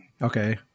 Okay